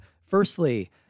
firstly